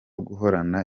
guhorana